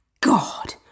God